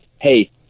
Hey